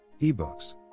ebooks